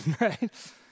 right